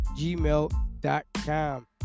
gmail.com